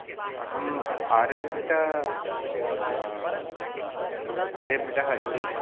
अहं आर्यभटः इति आर्यभटः इति